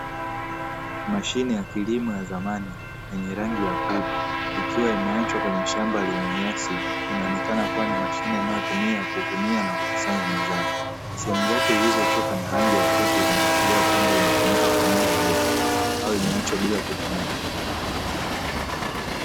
Mashine ya kilimo ya zamani yenye rangi ya kutu ikiwa imeachwa kwenye shamba lenye nyasi inaonekana kuwa ni mashine inayotumiwa kuvunia na kukusanya mazao, sehemu zake zilizochoka na rangi ya kutu zinaashiria kwamba imetumika kwa muda mrefu au imeachwa bila kutumika.